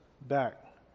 back